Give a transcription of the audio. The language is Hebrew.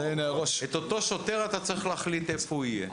אותו שוטר אתה צריך להחליט איפה הוא יהיה.